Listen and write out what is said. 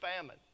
famine